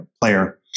player